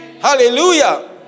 Hallelujah